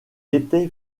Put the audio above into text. était